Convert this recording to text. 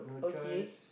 okay